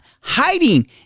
hiding